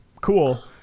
cool